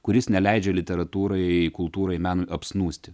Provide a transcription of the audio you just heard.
kuris neleidžia literatūrai kultūrai menui apsnūsti